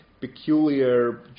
peculiar